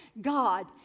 God